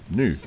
nu